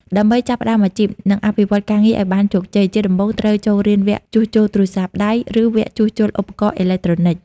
ដើម្បីចាប់ផ្តើមអាជីព និងអភិវឌ្ឍន៍ការងារឱ្យបានជោគជ័យ ជាដំបូងត្រូវចូលរៀនវគ្គជួសជុលទូរស័ព្ទដៃ ឬវគ្គជួសជុលឧបករណ៍អេឡិចត្រូនិច។